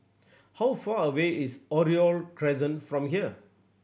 how far away is Oriole Crescent from here